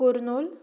Kurnool